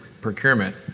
procurement